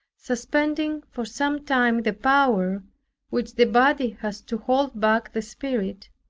suspending for sometime the power which the body has to hold back the spirit,